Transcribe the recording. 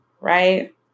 right